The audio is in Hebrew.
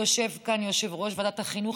יושב כאן יושב-ראש ועדת החינוך,